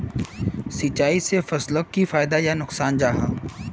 सिंचाई से फसलोक की फायदा या नुकसान जाहा?